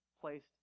placed